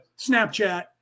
Snapchat